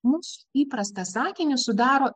mums įprastą sakinį sudaro